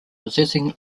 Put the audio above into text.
possessing